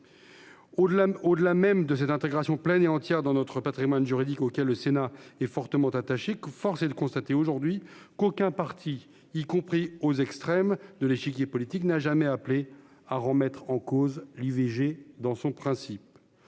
Au-delà de cette intégration pleine et entière dans notre patrimoine juridique, auquel le Sénat est fortement attaché, force est de constater aujourd'hui qu'aucun parti, y compris aux extrêmes de l'échiquier politique, n'a jamais appelé à remettre en cause le principe